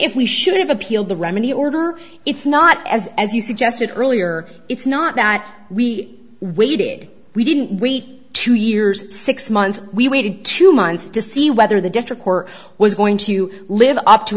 if we should have appealed the remedy order it's not as as you suggested earlier it's not that we waited we didn't wait two years six months we waited two months to see whether the district court was going to live up to